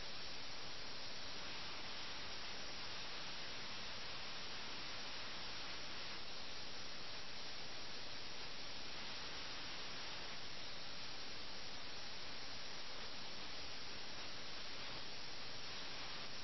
മറ്റൊരു തലവുമുണ്ട് വിജയികളെയും പരാജിതരെയും കുറിച്ച് സംസാരിക്കുന്ന ആലങ്കാരിക തലം അവിടെ കൂടുതൽ പരാജിതർ ആണ് ഉള്ളത് നവാബ് ഇവിടെ കൂടുതൽ പരാജിതനാണ് ലഖ്നൌവിലെ ജനങ്ങൾക്കാണ് ഇവിടെ ഏറ്റവും കൂടുതൽ നഷ്ടം രാജ്യത്തെ മുഴുവൻ ജനങ്ങളും ബ്രിട്ടീഷ് ഈസ്റ്റ് ഇന്ത്യാ കമ്പനിയോട് വീണ്ടും തോറ്റു